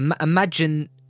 imagine